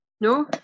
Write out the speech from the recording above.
No